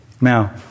Now